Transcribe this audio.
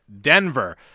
Denver